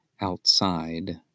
outside